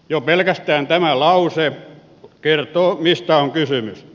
jo pelkästään tämä lause kertoo mistä on kysymys